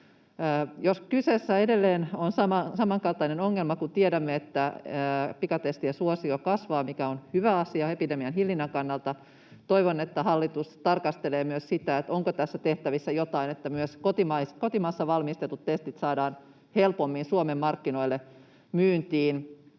Jos kyseessä edelleen on samankaltainen ongelma, kun tiedämme, että pikatestien suosio kasvaa, mikä on hyvä asia epidemian hillinnän kannalta, toivon, että hallitus tarkastelee myös sitä, onko tässä tehtävissä jotain, että myös kotimaassa valmistetut testit saadaan helpommin Suomen markkinoille myyntiin,